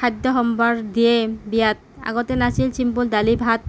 খাদ্য সম্ভাৰ দিয়ে বিয়াত আগতে নাছিল চিম্পুল দালি ভাত